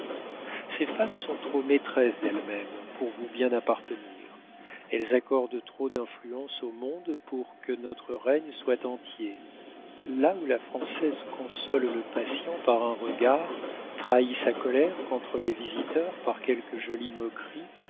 ces femmes sont trop maîtresses d'elles-mêmes pour vous bien appartenir elles accordent trop d'influence au monde pour que notre règne soit entier là où la française console le patient par un regard trahit sa colère contre les visiteurs par quelques jolies moqueries